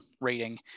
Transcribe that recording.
rating